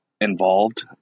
involved